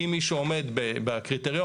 אם מי שעומד בקריטריונים,